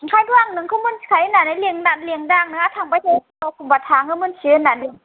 ओंखायनोथ' आं नोंखौ मिन्थिखायो होननानै लिंनो होननानै लिंदां नोंहा थांबाय थायो होननानै एखमब्ला एखमब्ला थाङो मोनथियो होननानै लिंदां